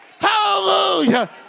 Hallelujah